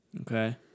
Okay